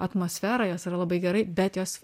atmosferą jos yra labai gerai bet jos